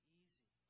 easy